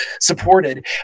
supported